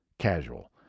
casual